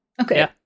Okay